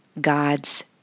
God's